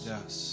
Yes